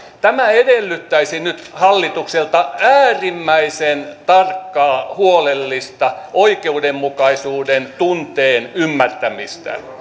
tämä edellyttäisi nyt hallitukselta äärimmäisen tarkkaa huolellista oikeudenmukaisuuden tunteen ymmärtämistä